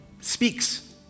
speaks